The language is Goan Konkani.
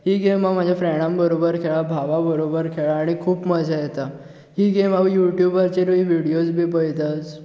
ही गेम हांव म्हज्या फ्रँडां बरोबर खेळ्ळां भावा बरोबर खेळ्ळां आनी खूब मजा येता ही गेम हांव युट्युबाचेरूय विडयोज बी पयता स